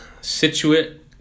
Situate